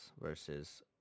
versus